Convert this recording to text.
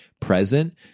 present